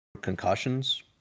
concussions